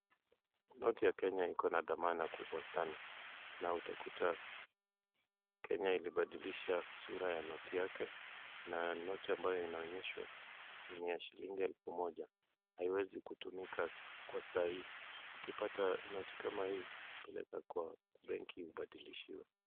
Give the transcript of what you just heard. Noti ya Kenya iko na thamana kubwa sana na utakuta Kenya ilibadilisha sura ya noti yake na noti ambayo inaonyeshwa ni ya shilingi elfu moja na haiwezi kutumika kwa saa hii. Ukipata noti kama hii, peleka kwa benki ubadilishiwe.